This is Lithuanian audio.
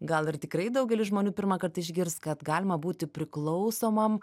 gal ir tikrai daugelis žmonių pirmąkart išgirs kad galima būti priklausomam